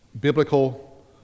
biblical